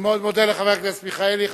אני מאוד מודה לחבר הכנסת מיכאלי.